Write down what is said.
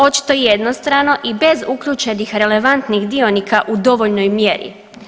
Očito jednostrano i bez uključenih relevantnih dionika u dovoljnoj mjeri.